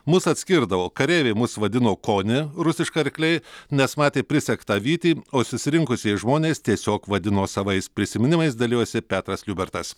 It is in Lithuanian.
mus atskirdavo kareiviai mus vadino koni rusiškai arkliai nes matė prisegtą vytį o susirinkusieji žmonės tiesiog vadino savais prisiminimais dalijosi petras liubertas